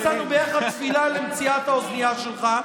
אחרי שנשאנו ביחד תפילה למציאת האוזנייה שלך,